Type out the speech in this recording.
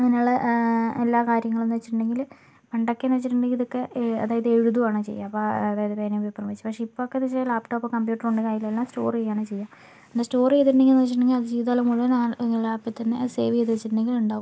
അങ്ങനെ ഉള്ള എല്ലാ കാര്യങ്ങളെന്നു വച്ചിട്ടുണ്ടെങ്കിൽ പണ്ടൊക്കെയെന്നു വച്ചിട്ടുണ്ടെങ്കിൽ ഇതൊക്കെ അതായത് എഴുതുകയാണ് ചെയ്യുക അപ്പം അതായത് പേനയും പേപ്പറും വച്ച് പക്ഷെ ഇപ്പം ഒക്കെയെന്നു വച്ചാൽ ലാപ്ടോപ്പും കമ്പ്യൂട്ടറും ഉണ്ടെങ്കിൽ അതിൽ എല്ലാം സ്റ്റോറ് ചെയ്യുകയാണ് ചെയ്യുക പിന്നെ സ്റ്റോറ് ചെയ്തിട്ട് ഉണ്ടെങ്കിൽ എന്നു വച്ചിട്ടുണ്ടെങ്കിൽ അത് ജീവിതകാലം മുഴുവൻ ആ ലാപ്പിൽത്തന്നെ അത് സേവ് ചെയ്ത് വച്ചിട്ടുണ്ടെങ്കിൽ ഉണ്ടാവും